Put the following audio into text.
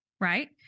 right